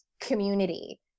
community